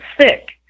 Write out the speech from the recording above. sick